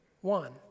one